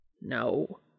No